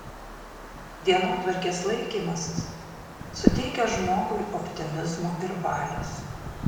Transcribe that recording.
dienotvarkės laikymasis suteikia žmogui optimizmo ir valios